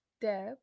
Deb